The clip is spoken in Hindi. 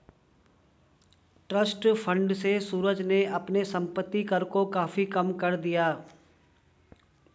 ट्रस्ट फण्ड से सूरज ने अपने संपत्ति कर को काफी कम कर दिया